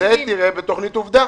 זה תראה בתוכנית "עובדה".